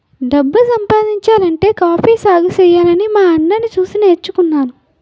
డబ్బు సంపాదించాలంటే కాఫీ సాగుసెయ్యాలని మా అన్నని సూసి నేర్చుకున్నాను